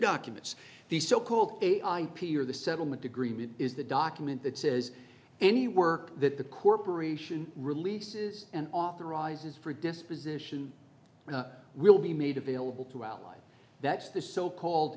documents the so called a ip or the settlement agreement is the document that says any work that the corporation releases and authorizes for disposition will be made available to outline that's this so called